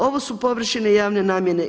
Ovo su površine javne namjene.